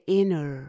inner